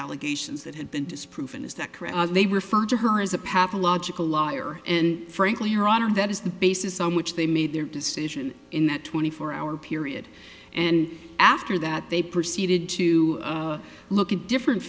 allegations that had been disproven is that correct they referred to her as a pathological liar and frankly her honor that is the basis on which they made their decision in that twenty four hour period and after that they proceeded to look at different